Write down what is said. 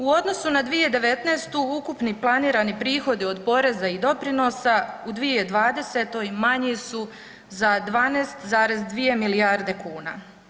U odnosu na 2019. ukupni planirani prihodi od poreza i doprinosa u 2020. manji su za 12,2 milijarde kuna.